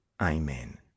Amen